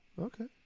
okay